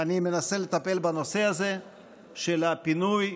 אני מנסה לטפל בנושא הזה של הפינוי,